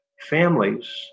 families